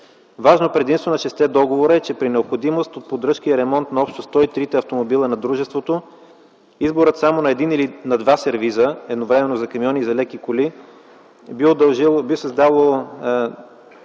Важно предимство на шестте договора е, че при необходимост от поддръжка и ремонт на общо 103-те автомобила на дружеството, изборът само на един или два сервиза едновременно за камиони и за леки коли, би създало